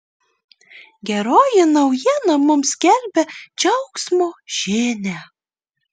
geroji naujiena mums skelbia džiaugsmo žinią